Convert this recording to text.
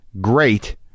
great